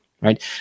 Right